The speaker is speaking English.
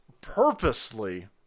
purposely